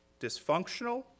dysfunctional